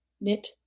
knit